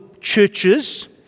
churches